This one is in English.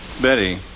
Betty